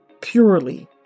Purely